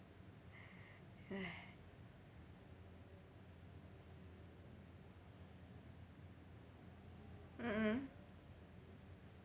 mm mm